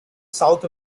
south